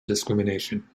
discrimination